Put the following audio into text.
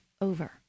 over